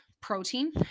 protein